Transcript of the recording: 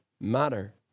matter